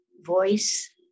voice